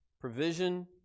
Provision